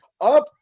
Up